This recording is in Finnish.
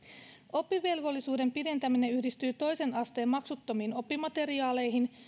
oppivelvollisuuden pidentäminen yhdistyy toisen asteen maksuttomiin oppimateriaaleihin